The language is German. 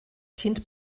kind